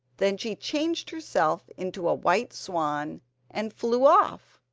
then she changed herself into a white swan and flew off.